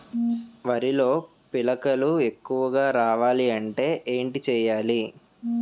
వరిలో పిలకలు ఎక్కువుగా రావాలి అంటే ఏంటి చేయాలి?